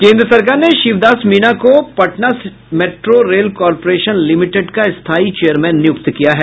केंद्र सरकार ने शिवदास मीना को Patna metro rail corporation limited का स्थायी चेयरमैन नियुक्त किया है